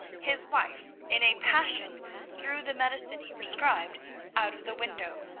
his wife in a passion threw the medicine he prescribed out of the window.